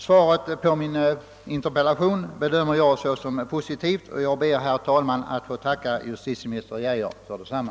jag alltså såsom positivt, och jag ber, herr talman, att få tacka justitieminister Geijer för detsamma.